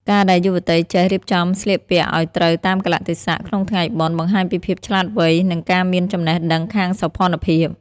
ការដែលយុវតីចេះ "រៀបចំស្លៀកពាក់ឱ្យត្រូវតាមកាលៈទេសៈ" ក្នុងថ្ងៃបុណ្យ បង្ហាញពីភាពឆ្លាតវៃ និងការមានចំណេះដឹងខាងសោភ័ណភាព។